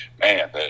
man